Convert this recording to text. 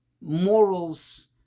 morals